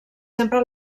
sempre